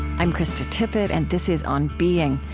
i'm krista tippett, and this is on being.